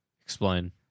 Explain